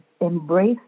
embrace